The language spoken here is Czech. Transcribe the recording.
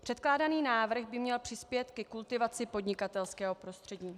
Předkládaný návrh by měl přispět ke kultivaci podnikatelského prostředí.